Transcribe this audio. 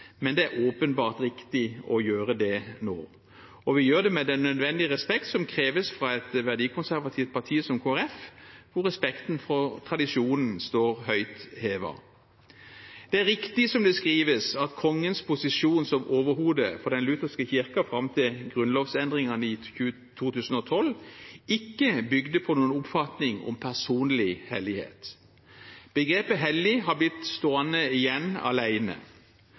men det er åpenbart riktig å gjøre det nå. Og vi gjør det med den nødvendige respekt som kreves fra et verdikonservativt parti som Kristelig Folkeparti, hvor respekten for tradisjonen står høyt. Det er riktig som det skrives, at kongens posisjon som overhode for den lutherske kirken fram til grunnlovsendringen i 2012 ikke bygde på noen oppfatning om personlig hellighet. Begrepet «hellig» har blitt stående igjen